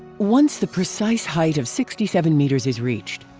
once the precise height of sixty seven meters is reached,